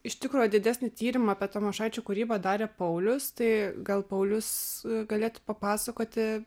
iš tikro didesnį tyrimą apie tamošaičio kūrybą darė paulius tai gal paulius galėtų papasakoti